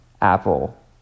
Apple